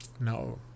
No